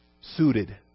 suited